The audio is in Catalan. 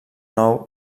nou